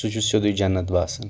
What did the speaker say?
سُہ چھُ سیٚودُے جنت باسن